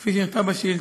כפי שנכתב בשאילתה.